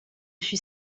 fut